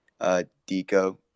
Deco